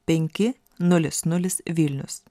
penki nulis nulis vilnius